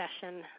session